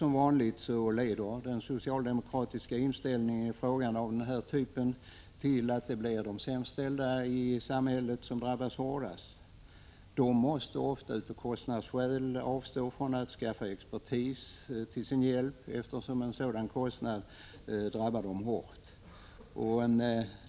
Som vanligt leder den socialdemokratiska inställningen i frågor av denna typ till att det blir de sämst ställda i samhället som råkar mest illa ut. Av kostnadsskäl måste de ofta avstå från att skaffa expertis till sin hjälp, eftersom en sådan kostnad skulle drabba dem hårt.